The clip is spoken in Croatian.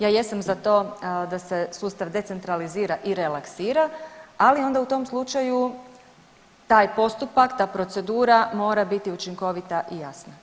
Ja jesam za to da se sustav decentralizira i relaksira, ali onda u tom slučaju taj postupak, ta procedura mora biti učinkovita i jasna.